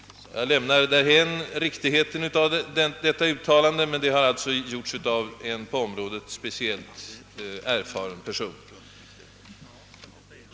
Riktigheten av detta uttalande lämnar jag därhän, men det har som sagt gjorts av en på området speciellt erfaren person.